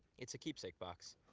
it's a keepsake box